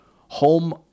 home